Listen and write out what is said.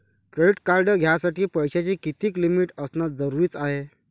Credit card घ्यासाठी पैशाची कितीक लिमिट असनं जरुरीच हाय?